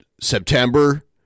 september